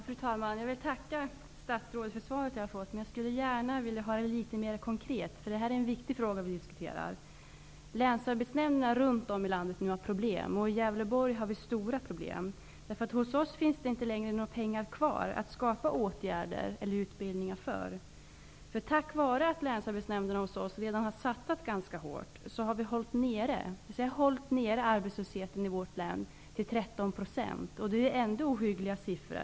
Fru talman! Jag vill tacka statsrådet för det svar jag fått, men jag skulle gärna vilja höra något mer konkret. Det är en viktig fråga vi diskuterar. Länsarbetsnämnderna runt om i landet har problem. I Gävleborgs län har vi stora problem. Hos oss finns det inte längre några pengar kvar att vidta åtgärder eller skapa utbildningar för. Tack vare att Länsarbetsnämnden i Gävleborgs län redan har satsat ganska hårt har vi hållit nere arbetslösheten i vårt län på en nivå av 13 %. Det är ändå en ohygglig siffra.